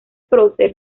prócer